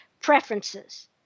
preferences